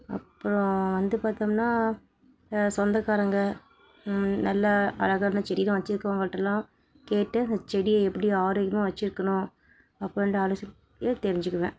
அப்புறம் வந்து பார்த்தோம்னா சொந்தக்காரங்க நல்ல அழகான செடிலாம் வச்சிருக்கவுங்கள்ட்டலாம் கேட்டு அந்த செடியை எப்படி ஆரோக்கியமாக வச்சிருக்கணும் அப்படின்ட்டு ஆலோசனையை தெரிஞ்சிக்குவேன்